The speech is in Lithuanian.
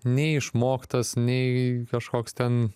neišmoktas nei kažkoks ten